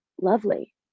lovely